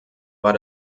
war